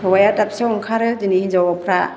हौवाया दाबसेयाव ओंखारो दिनै हिन्जावफ्रा